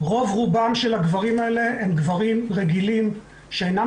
רוב רובם של הגברים האלה הם גברים רגילים שאינם